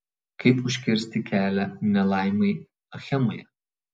kaip užkirsti kelią nelaimei achemoje